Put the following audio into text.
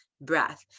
breath